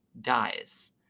dies